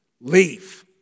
Leave